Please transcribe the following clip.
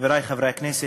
חברי חברי הכנסת,